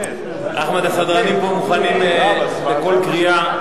אחמד, הסדרנים מוכנים פה לכל קריאה.